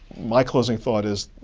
my closing thought is,